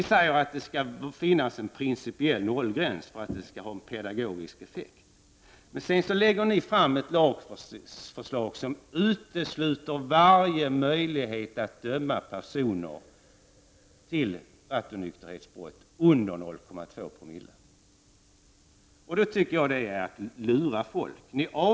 Ni säger att det skall finnas en principiell nollgräns för att det skall ha en pedagogisk ef fekt, men sedan lägger ni fram ett lagförslag som utesluter varje möjlighet att döma personer för rattonykterhetsbrott under 0,2 2to. Det är att lura folk.